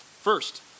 First